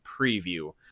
preview